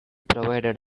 provided